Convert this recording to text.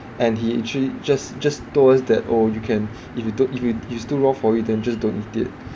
and he actually just just told us that oh you can if you don't if it's too raw for you then just don't eat it